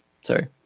Sorry